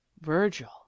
virgil